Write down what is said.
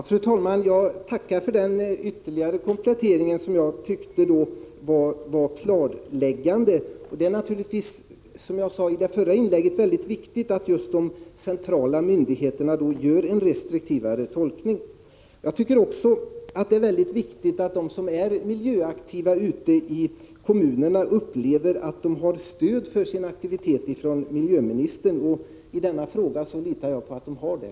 Fru talman! Jag tackar för denna ytterligare komplettering som var klarläggande. Det är naturligtvis, som jag sade i mitt förra inlägg, mycket viktigt att just de centrala myndigheterna gör en restriktivare tolkning. Viktigt är också att de som är miljöaktiva ute i kommunerna upplever att de har stöd för sin aktivitet från miljöministern, och i denna fråga litar jag på att de har det.